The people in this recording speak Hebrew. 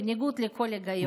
בניגוד לכל היגיון.